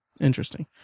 interesting